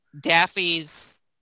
Daffy's